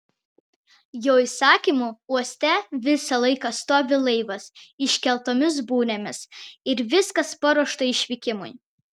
jo įsakymu uoste visą laiką stovi laivas iškeltomis burėmis ir viskas paruošta išvykimui